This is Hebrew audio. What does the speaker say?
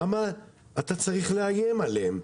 למה אתה צריך לאיים עליהם?